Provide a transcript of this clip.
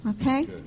Okay